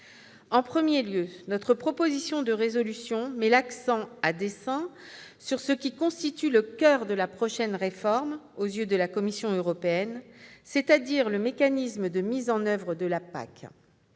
En premier lieu, notre proposition de résolution européenne met l'accent, à dessein, sur ce qui constitue le coeur de la prochaine réforme aux yeux de la Commission européenne, c'est-à-dire le mécanisme de mise en oeuvre de la PAC.